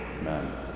Amen